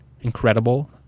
incredible